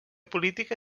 política